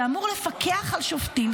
שאמור למפקח על שופטים.